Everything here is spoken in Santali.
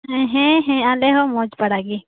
ᱦᱮᱸ ᱦᱮᱸ ᱟᱞᱮᱦᱚᱸ ᱢᱚᱪ ᱵᱟᱲᱟᱜᱤ